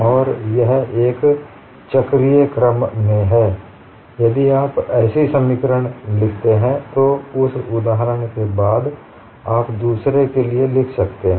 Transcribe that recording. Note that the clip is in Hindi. और यह एक चक्रीय क्रम में है यदि आप एक ऐसी समीकरण लिखते हैं तो उस उदाहरण के बाद आप दूसरे के लिए लिख सकते हैं